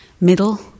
middle